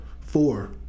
Four